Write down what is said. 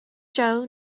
joe